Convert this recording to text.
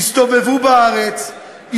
לבני וחברי רשימת המחנה הציוני הסתובבו בארץ,